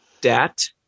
Dat